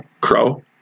Crow